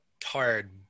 tired